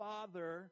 Father